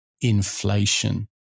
Inflation